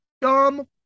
dumb